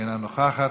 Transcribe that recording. אינה נוכחת,